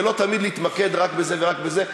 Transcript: ולא תמיד להתמקד רק בזה ורק בזה,